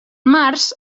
març